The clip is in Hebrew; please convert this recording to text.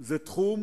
היא תחום